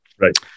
Right